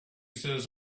says